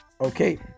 Okay